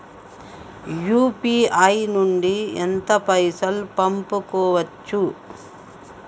UPI నుండి ఎంత పైసల్ పంపుకోవచ్చు?